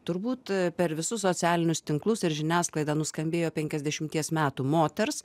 turbūt per visus socialinius tinklus ir žiniasklaidą nuskambėjo penkiasdešimties metų moters